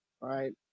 right